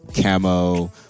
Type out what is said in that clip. camo